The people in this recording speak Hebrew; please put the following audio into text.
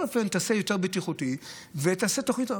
אופן תעשה יותר בטיחותי ותעשה תוכנית,